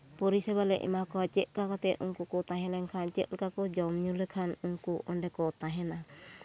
ᱯᱚᱨᱤᱥᱮᱵᱟ ᱞᱮ ᱮᱢᱟ ᱠᱚᱣᱟ ᱪᱮᱫ ᱞᱮᱠᱟ ᱠᱟᱛᱮᱜ ᱩᱱᱠᱩ ᱠᱚ ᱛᱟᱦᱮ ᱞᱮᱱᱠᱷᱟᱡ ᱪᱮᱫ ᱞᱮᱠᱟ ᱠᱚ ᱡᱚᱢ ᱧᱩ ᱞᱮᱠᱷᱟᱱ ᱩᱱᱠᱩ ᱚᱸᱰᱮ ᱠᱚ ᱛᱟᱦᱮᱱᱟ